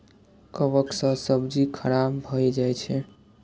कवक सं सब्जी खराब भए जाइ छै